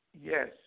Yes